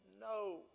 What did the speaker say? no